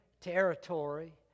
territory